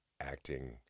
acting